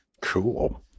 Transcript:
Cool